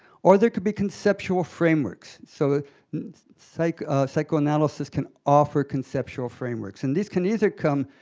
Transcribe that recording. or there could be conceptual frameworks. so so like ah psychoanalysis can offer conceptual frameworks. and these can either come